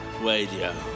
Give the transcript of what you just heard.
Radio